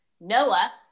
Noah